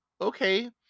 Okay